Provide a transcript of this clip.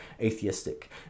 atheistic